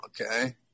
okay